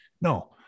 no